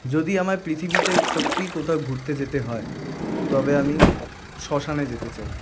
যদি আমার পৃথিবীতে সত্যিই কোথাও ঘুরতে যেতে হয় তবে আমি শ্মশানে যেতে চাই